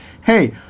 hey